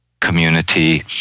community